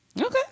Okay